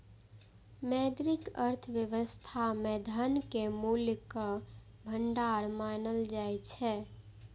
मौद्रिक अर्थव्यवस्था मे धन कें मूल्यक भंडार मानल जाइ छै